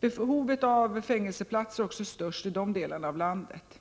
Behovet av fängelseplatser är också störst i de delarna av landet.